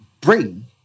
bring